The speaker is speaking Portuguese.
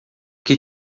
que